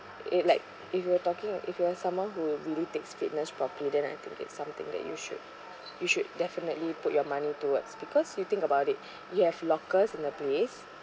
it like if you're talking if you are someone who really takes fitness properly then I think it's something that you should you should definitely put your money towards because you think about it you have lockers in the place